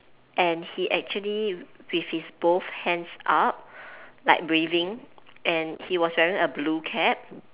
and he actually with his both hands up like waving and he was wearing a blue cap